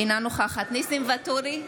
אינה נוכחת ניסים ואטורי,